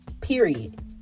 period